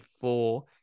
four